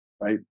right